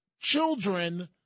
children